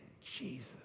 Jesus